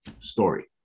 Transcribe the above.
story